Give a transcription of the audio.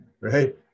right